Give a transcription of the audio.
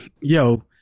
yo